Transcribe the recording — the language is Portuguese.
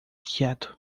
quieto